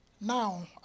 Now